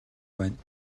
байна